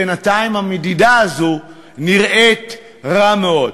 בינתיים המדידה הזו נראית רע מאוד.